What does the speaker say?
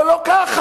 אבל לא ככה.